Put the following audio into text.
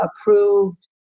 approved